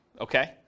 okay